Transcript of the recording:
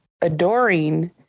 adoring